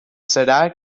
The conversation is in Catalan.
serà